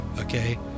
okay